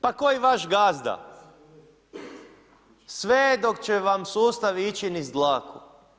Pa kao i vaš gazda, sve dok će vam sustav ići niz dlaku.